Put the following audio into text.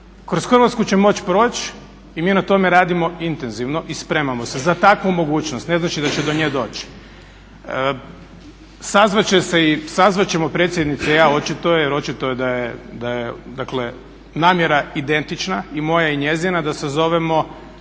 Kroz Hrvatsku će moći proći i mi na tome radimo intenzivno i spremamo se za takvu mogućnost, ne znači da će do nje doći. Sazvat će se i, sazvat ćemo predsjednica i ja očito, jer očito je da je namjera identična i moja i njezina da sazovemo